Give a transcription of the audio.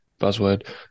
buzzword